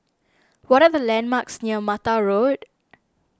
what are the landmarks near Mata Road